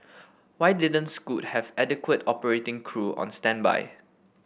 why didn't Scoot have adequate operating crew on standby